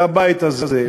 והבית הזה,